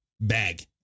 bag